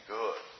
good